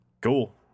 cool